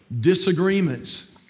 disagreements